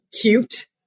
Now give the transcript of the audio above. cute